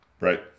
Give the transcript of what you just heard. Right